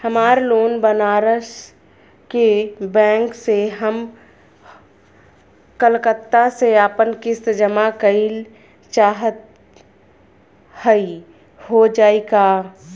हमार लोन बनारस के बैंक से ह हम कलकत्ता से आपन किस्त जमा कइल चाहत हई हो जाई का?